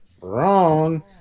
wrong